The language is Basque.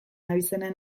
abizenen